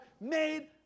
made